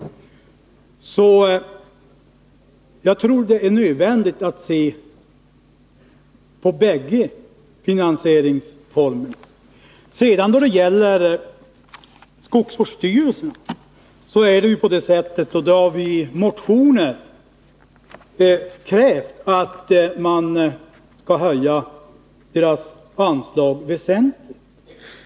Jag tror att det är nödvändigt att se på båda finansieringsformerna. När det gäller skogsvårdsstyrelsen har vi i motioner krävt att deras anslag skall höjas väsentligt.